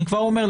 אני כבר אומר,